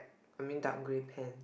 I mean dark grey pant